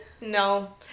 no